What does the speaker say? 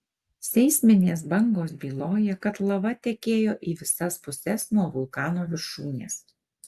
seisminės bangos byloja kad lava tekėjo į visas puses nuo vulkano viršūnės